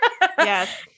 yes